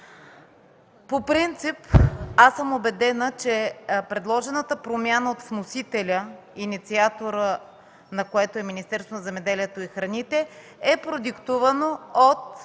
По принцип съм убедена, че предложената промяна от вносителя, инициатор на която е Министерството на земеделието и храните, е продиктувана от